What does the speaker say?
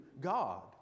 God